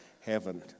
heaven